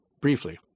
briefly